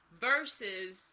versus